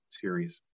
series